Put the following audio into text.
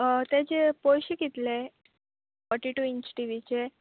तेजे पयशे कितले फोर्टी टू इंच टीवीचे